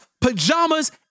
pajamas